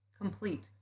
complete